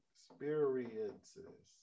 Experiences